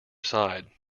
side